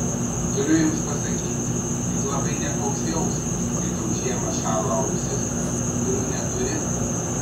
turiu jums pasakyti kad labai nekoks jausmas kai tau žiemą šąla ausys kurių neturi